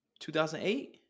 2008